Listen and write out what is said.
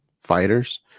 fighters